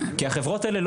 כי החברות האלה,